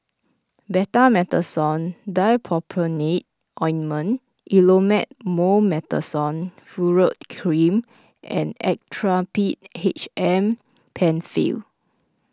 Betamethasone Dipropionate Ointment Elomet Mometasone Furoate Cream and Actrapid H M Penfill